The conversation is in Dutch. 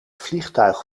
vliegtuig